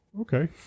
Okay